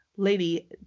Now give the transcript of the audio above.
lady